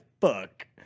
fuck